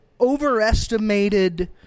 overestimated